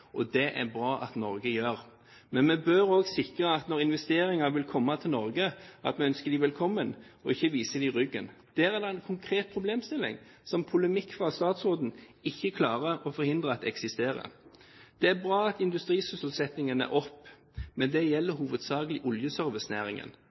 Det er det bra at Norge gjør. Men når investorer vil komme til Norge, bør vi også sikre at vi ønsker dem velkommen og ikke vise dem ryggen. Det en konkret problemstilling som polemikk fra statsråden ikke klarer å forhindre at eksisterer. Det er bra at industrisysselsettingen går opp, men det